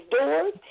doors